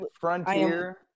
Frontier